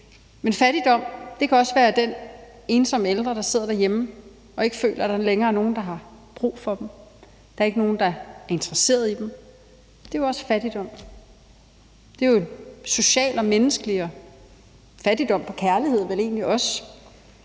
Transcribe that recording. men fattigdom kan også være den ensomme ældre, der sidder derhjemme og ikke føler, der længere er nogen, der har brug for vedkommende, og at der ikke er nogen, der er interesseret i vedkommende. Det er jo også fattigdom. Det er social og menneskelig fattigdom, og fattigdom på kærlighed vel egentlig også.